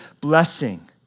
blessing